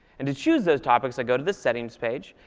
and to choose those topics, i go to the settings page,